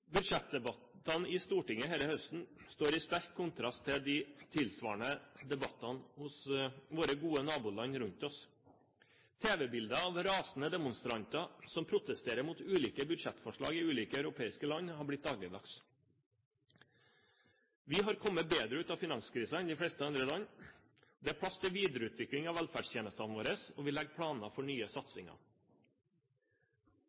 Budsjettdebattene i Stortinget denne høsten står i sterk kontrast til de tilsvarende debattene i våre gode naboland rundt oss. Tv-bilder av rasende demonstranter som protesterer mot ulike budsjettforslag i ulike europeiske land, er blitt dagligdags. Vi har kommet bedre ut av finanskrisen enn de fleste andre land. Det er plass til videreutvikling av velferdstjenestene våre, og vi legger planer for nye